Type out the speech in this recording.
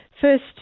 first